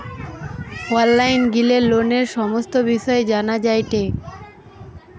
online গিলে লোনের সমস্ত বিষয় জানা যায়টে